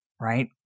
right